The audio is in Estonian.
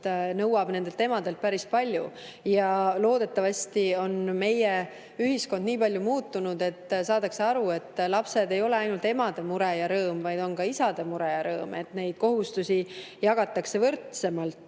nõuab emadelt päris palju. Aga loodetavasti on meie ühiskond nii palju muutunud, et saadakse aru, et lapsed ei ole ainult emade mure ja rõõm, vaid on ka isade mure ja rõõm, ning kohustusi jagatakse võrdsemalt.